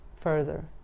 further